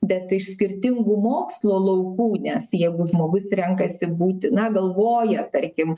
bet iš skirtingų mokslo laukų nes jegu žmogus renkasi būti na galvoja tarkim